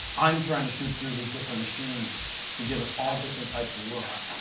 i'm trying to shoot through these different machines to give us all different types of looks.